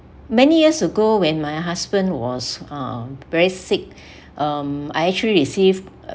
many years ago when my husband was um very sick um I actually received